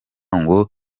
ngo